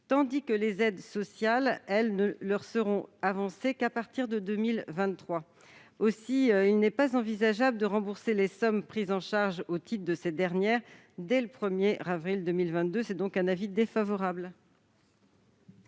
tandis que les aides sociales ne leur seront avancées qu'à partir de 2023. Aussi n'est-il pas envisageable de rembourser les sommes prises en charge au titre de ces dernières dès le 1 avril 2022. Avis défavorable.